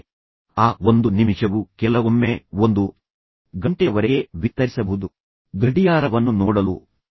ಆದ್ದರಿಂದ ಆ 1 ನಿಮಿಷವು ಕೆಲವೊಮ್ಮೆ 1 ಗಂಟೆಯವರೆಗೆ ವಿಸ್ತರಿಸಬಹುದು ಮತ್ತು ನೀವು ಪ್ರೇಕ್ಷಕರನ್ನು ಸಾಯಿಸುತ್ತಿದ್ದೀರಿ ಎಂದು ನಿಮಗೆ ತಿಳಿದಿದೆ